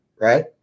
right